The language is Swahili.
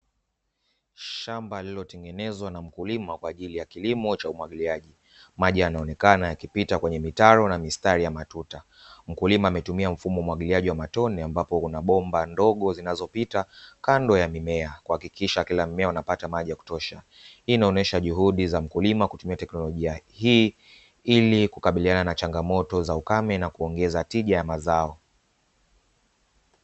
Shamba lililotengenezwa na mkulima kwa ajili ya kilimo cha umwagiliaji, maji yanaonekana yakipita kwenye mitaro na mistari ya matuta, Mkulima ametumia mfumo wa umwagiliaji wa matone, ambapo kuna bomba ndogo zinazopita kando ya mimea, kuhakikisha kila mmea unapata maji ya kutosha, hii inaonyesha juhudi za mkulima kutumia teknolojia, hii ili kukabiliana na changamoto za ukame na kuongeza tija ya mazao.